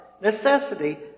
necessity